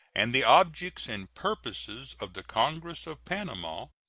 and the objects and purposes of the congress of panama,